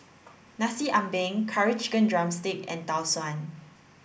Nasi Ambeng curry chicken drumstick and Tau Suan